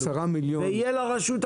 תהיה לרשות הכנסה,